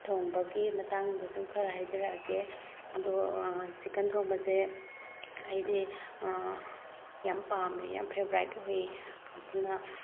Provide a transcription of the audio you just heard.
ꯊꯣꯡꯕꯒꯤ ꯃꯇꯥꯡꯗ ꯑꯗꯨꯝ ꯈꯔ ꯍꯥꯏꯖꯔꯛꯑꯒꯦ ꯑꯗꯨ ꯆꯤꯛꯀꯟ ꯊꯣꯡꯕꯁꯦ ꯑꯩꯗꯤ ꯌꯥꯝ ꯄꯥꯝꯃꯦ ꯌꯥꯝ ꯐꯦꯕ꯭ꯔꯥꯏꯠ ꯑꯣꯏ ꯑꯗꯨꯅ